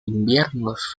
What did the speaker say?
inviernos